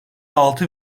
altı